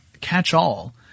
catch-all